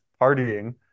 partying